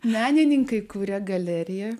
menininkai kuria galerija